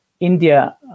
India